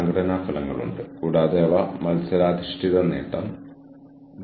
എനിക്ക് ഉറപ്പുണ്ട് പലരും പഠിച്ചിട്ടുണ്ട് പലരും ഇപ്പോഴും ബോളിവുഡ് പഠിക്കുന്നുണ്ട്